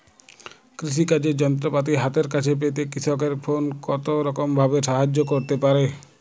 কৃষিকাজের যন্ত্রপাতি হাতের কাছে পেতে কৃষকের ফোন কত রকম ভাবে সাহায্য করতে পারে?